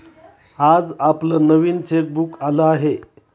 आज आपलं नवीन चेकबुक आलं आहे